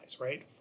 right